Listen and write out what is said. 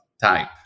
type